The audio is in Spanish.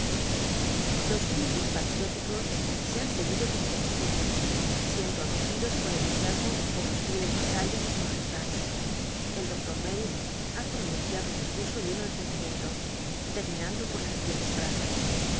los brindis patrióticos se han seguido como de costu mbre siendo acogidos con entusiasmo por los fieles vasa llos de su majestad el doctor vlell ba pronunciado un dicurso lleno de sentimiento terminando pot las siguientes fruses